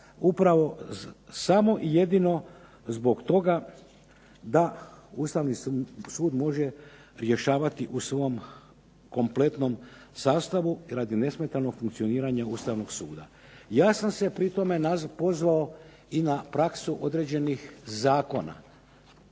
upravo samo i jedino zbog toga da Ustavni sud može rješavati u svom kompletnom sastavu radi nesmetanog funkcioniranja Ustavnog suda. Ja sam se pri tome pozvao na praksu četiri zemlje